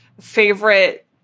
favorite